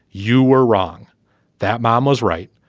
you were wrong that mom was right.